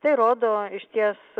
tai rodo išties